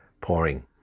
pouring